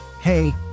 Hey